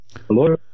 Hello